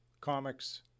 comics